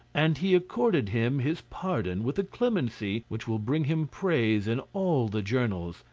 and he accorded him his pardon with a clemency which will bring him praise in all the journals,